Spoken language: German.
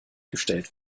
gestellt